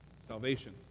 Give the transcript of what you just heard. salvation